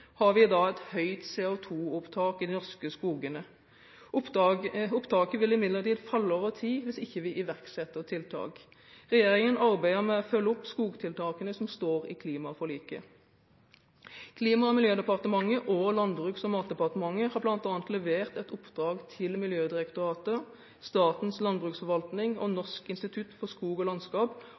har vi i dag et høyt CO2-opptak i de norske skogene. Opptaket vil imidlertid falle over tid hvis vi ikke iverksetter tiltak. Regjeringen arbeider med å følge opp skogtiltakene som står i klimaforliket. Klima- og miljødepartementet og Landbruks- og matdepartementet har bl.a. levert et oppdrag til Miljødirektoratet, Statens landbruksforvaltning og Norsk institutt for skog og landskap